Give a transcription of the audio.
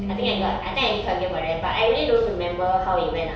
I think I got I think I did quite for that but I really don't remember how it went ah